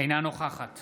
אינה נוכחת